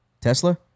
Tesla